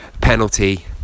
penalty